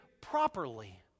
properly